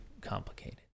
complicated